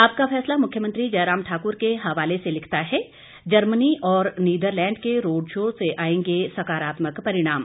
आपका फैसला मुख्यमंत्री जयराम ठाक्र के हवाले से लिखता है जर्मनी और नीदरलैंड के रोड शो से आएंगे सकारात्मक परिणाम